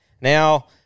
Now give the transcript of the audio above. Now